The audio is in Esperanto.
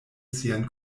sian